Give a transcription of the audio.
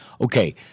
Okay